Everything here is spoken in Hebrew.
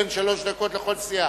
שלוש דקות לכל סיעה.